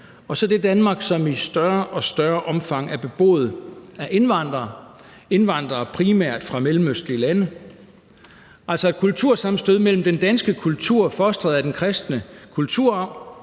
og så det Danmark, som i større og større omfang er beboet af indvandrere – indvandrere primært fra mellemøstlige lande. Det er altså et kultursammenstød mellem den danske kultur fostret af den kristne kulturarv